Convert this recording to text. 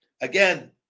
again